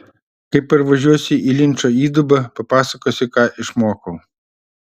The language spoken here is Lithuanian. kai parvažiuosiu į linčo įdubą papasakosiu ką išmokau